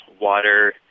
water